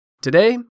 today